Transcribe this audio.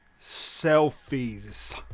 selfies